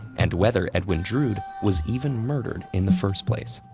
and whether edwin drood was even murdered in the first place.